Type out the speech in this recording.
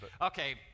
Okay